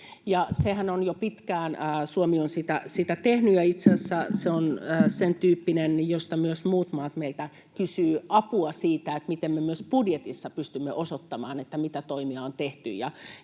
Suomihan on jo pitkään sitä tehnyt, ja itse asiassa se on sen tyyppinen, johon myös muut maat meiltä kysyvät apua, että miten me myös budjetissa pystymme osoittamaan, mitä toimia on tehty